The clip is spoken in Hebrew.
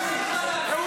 --- אהוד